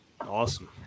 awesome